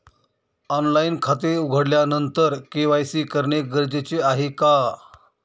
Online खाते उघडल्यानंतर KYC करणे गरजेचे आहे का?